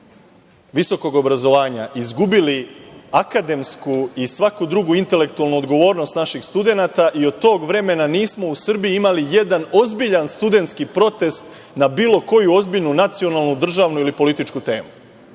visokog obrazovanja, izgubili akademsku i svaku drugu intelektualnu odgovornost naših studenata i od tog vremena nismo u Srbiji imali jedan ozbiljan studentski protest na bilo koju ozbiljnu nacionalnu državnu ili političku temu.